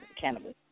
Cannabis